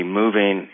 moving